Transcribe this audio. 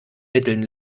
mitteln